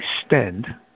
extend